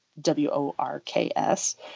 W-O-R-K-S